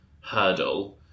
hurdle